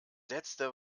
letzte